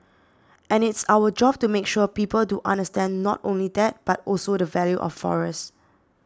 and it's our job to make sure people do understand not only that but also the value of forest